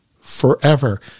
forever